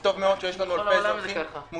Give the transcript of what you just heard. וטוב מאוד שיש לנו אלפי אזרחים מודאגים,